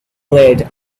blared